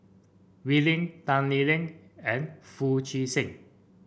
Wee Lin Tan Lee Leng and Foo Chee San